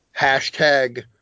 hashtag